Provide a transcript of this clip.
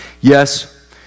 Yes